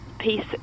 peace